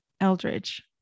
Eldridge